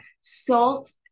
salt